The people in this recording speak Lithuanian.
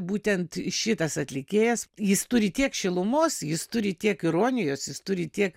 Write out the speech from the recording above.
būtent šitas atlikėjas jis turi tiek šilumos jis turi tiek ironijos jis turi tiek